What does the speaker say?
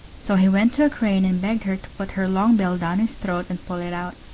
so he went to a crane and begged her to put her long bill down his throat and pull it out.